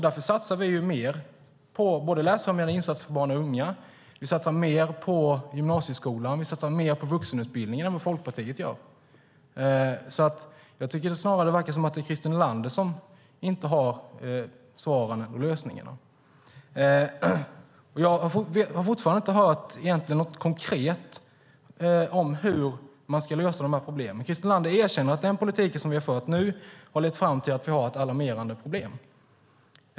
Därför satsar vi mer på läsande när det gäller insatser för barn och unga, mer på gymnasieskolan och mer på vuxenutbildningen än vad Folkpartiet gör. Jag tycker snarare att det verkar vara Christer Nylander som inte har svaren och lösningarna. Jag har fortfarande inte hört något konkret om hur man ska lösa de här problemen. Christer Nylander erkänner att den politik som vi har fört nu har lett fram till att vi har ett alarmerande problem.